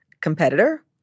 competitor